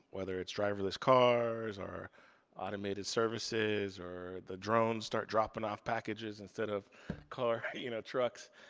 whether it's driverless cars, or automated services, or the drones start dropping off packages instead of car, you know trucks.